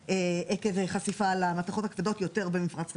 עקב חשיפה למתכות הכבדות יותר במפרץ חיפה.